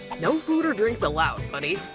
no food or drinks allowed, buddy.